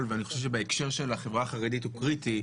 ואני חושב שבהקשר של החברה החרדית הוא קריטי,